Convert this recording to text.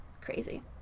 crazy